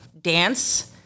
dance